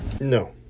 No